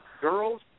girls